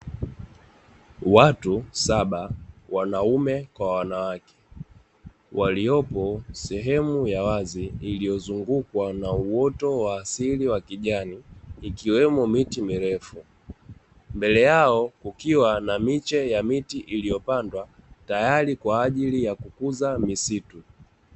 Watu saba wanaume kwa wanawake, waliopo sehemu ya wazi iliyozungukwa na uoto wa asili wa kijani, ikiwemo miti mirefu, mbele yao kukiwa na miche ya miti iliyopandwa tayari kwa ajili ya kukuza misitu.